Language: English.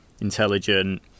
intelligent